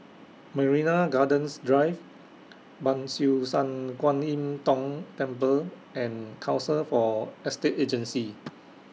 Marina Gardens Drive Ban Siew San Kuan Im Tng Temple and Council For Estate Agencies